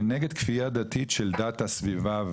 אני נגד כפייה דתית של דת הסביבה,